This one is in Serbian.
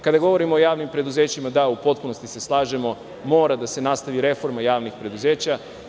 Kada govorimo o javnim preduzećima, u potpunosti se slažemo, mora da se nastavi reforma javnih preduzeća.